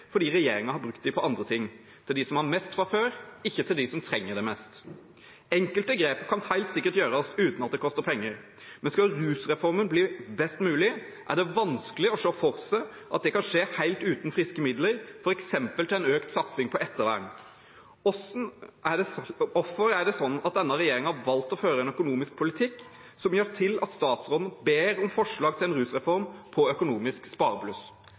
fordi regjeringen har brukt dem på andre ting – til dem som har mest fra før, ikke til dem som trenger det mest. Enkelte grep kan helt sikkert gjøres uten at det koster penger, men skal rusreformen bli best mulig, er det vanskelig å se for seg at det kan skje helt uten friske midler, f.eks. til en økt satsing på ettervern. Hvorfor har denne regjeringen valgt å føre en økonomisk politikk som gjør at statsråden ber om forslag til en rusreform på økonomisk sparebluss?